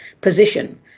position